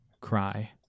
cry